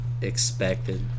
expected